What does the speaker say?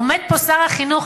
עומד פה שר החינוך,